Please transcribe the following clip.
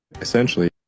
essentially